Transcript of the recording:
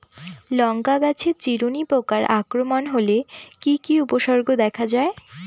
লঙ্কা গাছের চিরুনি পোকার আক্রমণ হলে কি কি উপসর্গ দেখা যায়?